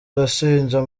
arashinja